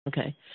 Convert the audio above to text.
Okay